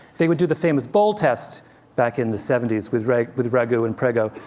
they would do the famous bowl test back in the seventy s with ragu with ragu and prego.